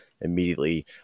immediately